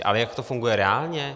Ale jak to funguje reálně?